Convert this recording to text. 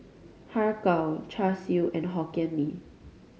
Har Kow Char Siu and Hokkien Mee